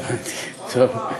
הבנתי, טוב.